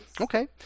Okay